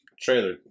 trailer